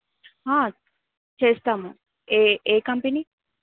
చేస్తాము ఏ ఏ కంపెనీ